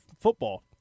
football